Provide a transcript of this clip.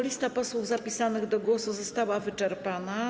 Lista posłów zapisanych do głosu została wyczerpana.